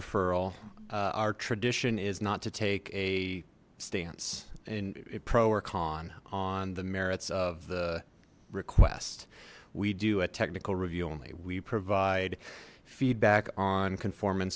referral our tradition is not to take a stance in pro or con on the merits of the request we do a technical review only we provide feedback on conform